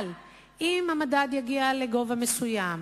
אבל אם המדד יגיע לגובה מסוים,